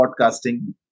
podcasting